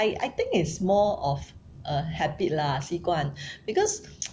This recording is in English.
I I think it's more of a habit lah 习惯 because